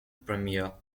premier